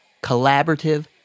collaborative